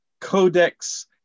Codex